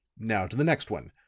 now to the next one.